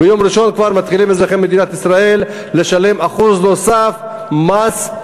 וביום ראשון מתחילים כבר אזרחי מדינת ישראל לשלם 1% נוסף מס,